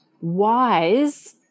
wise